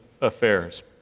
affairs